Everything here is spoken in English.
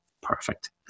Perfect